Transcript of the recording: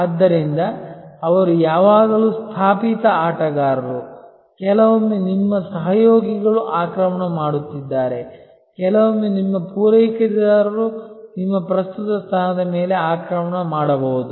ಆದ್ದರಿಂದ ಅವರು ಯಾವಾಗಲೂ ಸ್ಥಾಪಿತ ಆಟಗಾರರು ಕೆಲವೊಮ್ಮೆ ನಿಮ್ಮ ಸಹಯೋಗಿಗಳು ಆಕ್ರಮಣ ಮಾಡುತ್ತಿದ್ದಾರೆ ಕೆಲವೊಮ್ಮೆ ನಿಮ್ಮ ಪೂರೈಕೆದಾರರು ನಿಮ್ಮ ಪ್ರಸ್ತುತ ಸ್ಥಾನದ ಮೇಲೆ ಆಕ್ರಮಣ ಮಾಡಬಹುದು